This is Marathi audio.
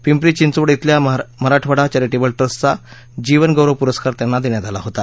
मिंपरी चिंचवड इथल्या मराठवाडा चॅरीट्छ्स ट्रस्टचा जिवन गौरव पुरस्कार त्यांना दघ्यात आला होता